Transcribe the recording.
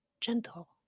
Gentle